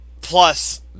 plus